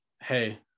Hey